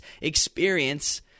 experience